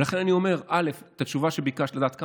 ולכן אני אומר: את התשובה שביקשת לדעת,